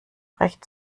recht